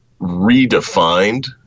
redefined